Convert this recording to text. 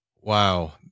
Wow